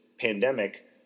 pandemic